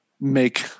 make